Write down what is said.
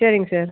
சரிங்க சார்